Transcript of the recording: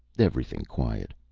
everything quiet.